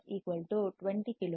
எஃப்Rf 20 kilo Om